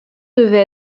devait